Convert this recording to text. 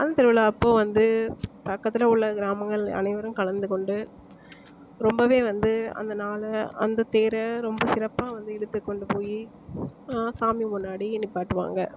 அந்த திருவிழா அப்போ வந்து பக்கத்தில் உள்ள கிராமங்கள் அனைவரும் கலந்துக் கொண்டு ரொம்பவே வந்து அந்த நாளை அந்த தேரை ரொம்ப சிறப்பாக வந்து இழுத்துக் கொண்டு போய் சாமி முன்னாடி நிப்பாட்டுவாங்க